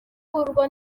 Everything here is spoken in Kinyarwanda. rwanda